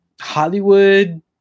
Hollywood